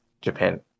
Japan